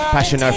Passion